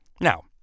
Now